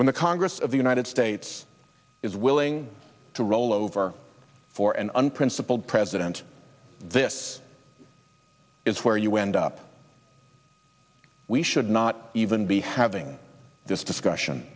when the congress of the united it's is willing to roll over for an unprincipled president this is where you end up we should not even be having this discussion